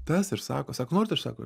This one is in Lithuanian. tas ir sako sako norit aš sako